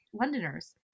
Londoners